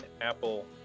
Apple